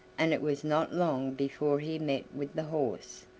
and it was not long before he met with the horse,